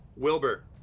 Wilbur